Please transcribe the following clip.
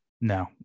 No